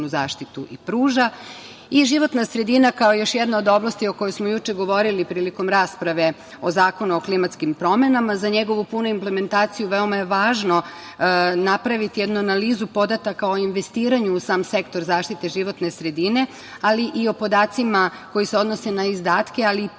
pruža. Životna sredina kao još jedna iz oblasti o kojoj smo juče govorili prilikom rasprave o Zakonu o klimatskim promenama, za njegovu punu implementaciju veoma je važno napraviti jednu analizu podataka o investiranju u sam sektor zaštite životne sredine, ali i o podacima koji se odnose na izdatke, ali i prihode